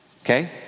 okay